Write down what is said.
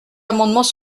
amendements